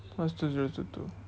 what's two zero two two